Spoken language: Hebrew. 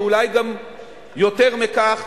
ואולי גם יותר מכך,